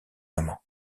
amant